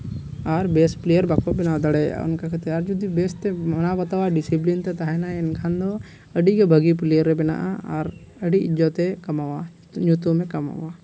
ᱟᱨ best player ᱵᱟᱠᱚ ᱵᱮᱱᱟᱣ ᱫᱟᱲᱮᱭᱟᱜᱼᱟ ᱚᱱᱠᱟ ᱠᱟᱛᱮ ᱟᱨ ᱡᱩᱫᱤ ᱵᱮᱥᱛᱮ ᱢᱟᱱᱟᱣ ᱵᱟᱛᱟᱭᱟ ᱰᱮᱥᱤᱯᱤᱞᱤᱱ ᱛᱮ ᱛᱟᱦᱮᱱᱟᱭ ᱮᱱᱠᱷᱟᱱ ᱫᱚ ᱟᱹᱰᱤ ᱜᱮ ᱵᱷᱟᱹᱜᱤ ᱯᱞᱮᱭᱟᱨᱮ ᱵᱮᱱᱟᱜᱼᱟ ᱟᱨ ᱟᱹᱰᱤ ᱤᱡᱽᱡᱚᱛᱮ ᱠᱟᱢᱟᱣᱟ ᱧᱩᱛᱩᱢᱮ ᱠᱟᱢᱟᱣᱟ